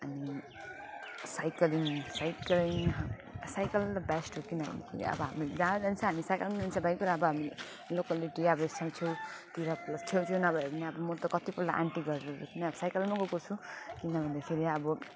अनि cycling cycling cycle best हो किन भन्दाखेरि अब हामी जहाँ जान्छ हामी साइकलमा जान्छ बाइकहरू अब हामी लोकालिटी अब छेउछाउतिर छेउ छेउ नभए पनि अब म त कति पल्ट आन्टीको घरहरू पनि अब साइकलमा गएको छु किन भन्दाखेरि अब